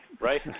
Right